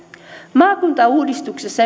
maakuntauudistuksessa